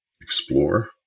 explore